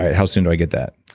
how soon do i get that?